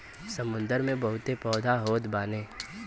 समुंदर में बहुते पौधा होत बाने